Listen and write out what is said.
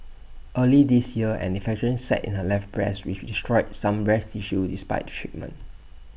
early this year an infection set in her left breast which destroyed some breast tissue despite treatment